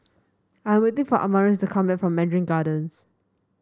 I am waiting for Amaris to come back from Mandarin Gardens